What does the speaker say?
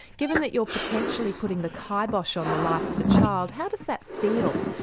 given that you're potentially putting the kybosh on the life of the child, how does that feel?